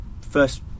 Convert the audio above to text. first